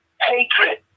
hatred